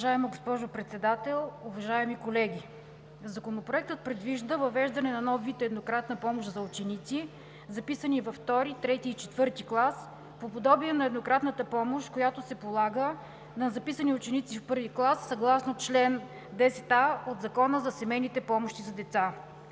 Уважаема госпожо Председател, уважаеми колеги! Законопроектът предвижда въвеждане на нов вид еднократна помощ за ученици, записани във II, III и IV клас по подобие на еднократната помощ, която се полага на записани ученици в I клас, съгласно чл. 10а от Закона за семейните помощи за деца.